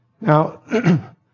Now